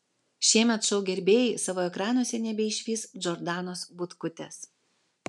šiemet šou gerbėjai savo ekranuose nebeišvys džordanos butkutės